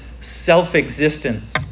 self-existence